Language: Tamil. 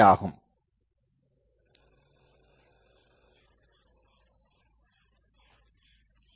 நாம் ஆண்டனா பகுப்பாய்வை எடுத்துக்கொண்டால் எந்த மாதிரியான சோர்ஸ்கள் இந்தப் புலத்திணை உருவாக்குகிறது என அறிய தேவையில்லை